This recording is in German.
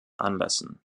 anlässen